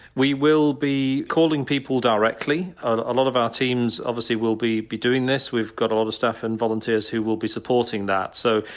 we will be calling people directly. a lot of our teams obviously will be be doing this, we've got a lot of staff and volunteers who will be supporting that. so,